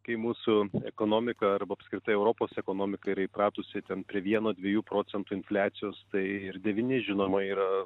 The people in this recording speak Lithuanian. kai mūsų ekonomika arba apskritai europos ekonomika yra įpratusi ten prie vieno dviejų procentų infliacijos tai ir devyni žinoma yra